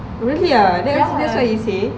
ya